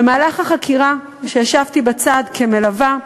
במהלך החקירה, כשישבתי בצד כמלווה,